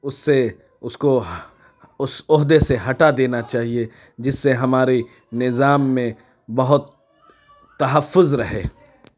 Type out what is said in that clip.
اس سے اس کو اس عہدے سے ہٹا دینا چاہیے جس سے ہماری نظام میں بہت تحفظ رہے